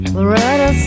Loretta